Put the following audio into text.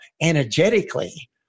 energetically